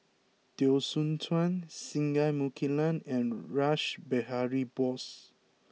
Teo Soon Chuan Singai Mukilan and Rash Behari Bose